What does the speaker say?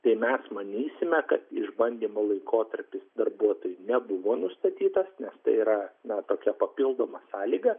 tai mes manysime kad išbandymo laikotarpis darbuotojui nebuvo nustatytas nes tai yra na tokia papildoma sąlyga